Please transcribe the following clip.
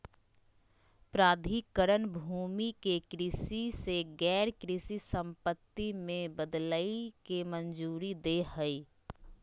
प्राधिकरण भूमि के कृषि से गैर कृषि संपत्ति में बदलय के मंजूरी दे हइ